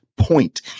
point